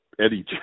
Eddie